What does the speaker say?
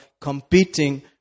competing